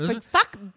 Fuck